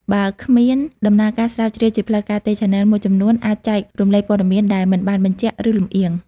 បើគ្មានដំណើរការស្រាវជ្រាវជាផ្លូវការទេ ឆានែលមួយចំនួនអាចចែករំលែកព័ត៌មានដែលមិនបានបញ្ជាក់ ឬលំអៀង។